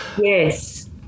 Yes